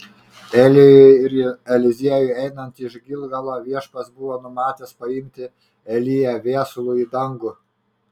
elijui ir eliziejui einant iš gilgalo viešpats buvo numatęs paimti eliją viesulu į dangų